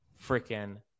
freaking